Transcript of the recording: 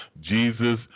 Jesus